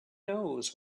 knows